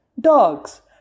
Dogs